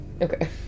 okay